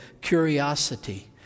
curiosity